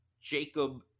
Jacob